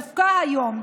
דווקא היום,